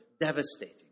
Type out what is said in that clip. devastating